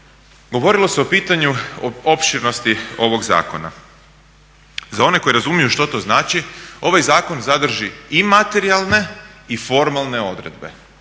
govorilo se o pitanju o opširnosti ovoga zakona. Za one koji razumiju što to znači ovaj zakon sadrži i materijalne i formalne odredbe.